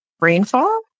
rainfall